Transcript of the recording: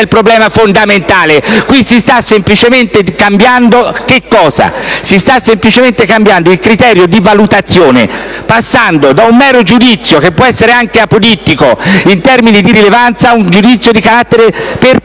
il problema fondamentale. Qui si sta semplicemente cambiando il criterio di valutazione, passando da un mero giudizio, che può essere anche apodittico in termini di rilevanza, ad un giudizio di carattere pertinente,